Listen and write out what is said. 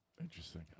Interesting